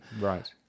Right